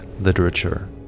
literature